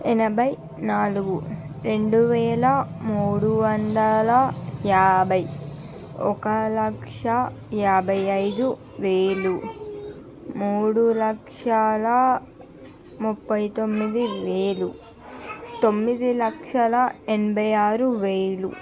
ఎనభై నాలుగు రెండు వేల మూడు వందల యాభై ఒక లక్ష యాభై ఐదు వేలు మూడు లక్షల ముప్పై తొమ్మిది వేలు తొమ్మిది లక్షల ఎనభై ఆరు వేలు